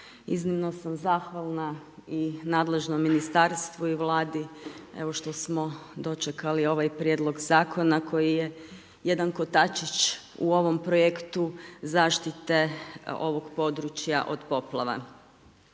iznimno sam zahvalna i nadležnom ministarstvu i vladi što smo dočekali ovaj prijedlog zakona, koji je jedan kotačić u ovom projektu zaštite ovog područja od poplava.